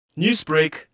Newsbreak